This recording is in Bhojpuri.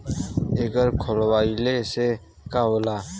एकर खोलवाइले से का होला?